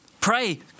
pray